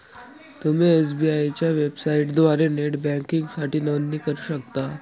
तुम्ही एस.बी.आय च्या वेबसाइटद्वारे नेट बँकिंगसाठी नोंदणी करू शकता